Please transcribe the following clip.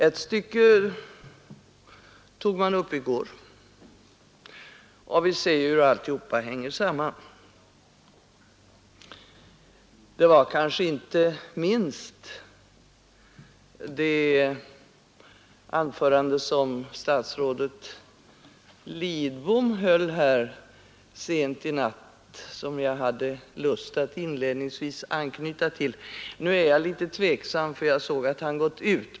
Ett stycke tog man upp i går, och vi ser hur alltihop hänger samman. Det var inte minst det anförande som statsrådet Lidbom höll sent i natt som jag hade lust att inledningsvis anknyta till. Nu är jag litet tveksam, eftersom jag ser att han gått ut.